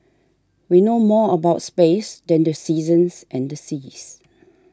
we know more about space than the seasons and the seas